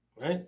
right